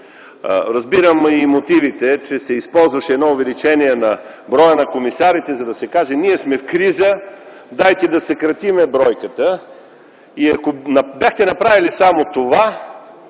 Разбирам и мотивите, че се използваше едно увеличение на броя на комисарите, за да се каже: ние сме в криза, дайте да съкратим бройката. Ако бяхте направили само това,